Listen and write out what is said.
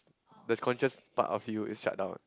the conscious part of you is shut down